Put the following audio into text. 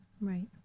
Right